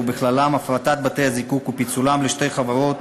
ובכללן הפרטת בתי-הזיקוק ופיצולם לשתי חברות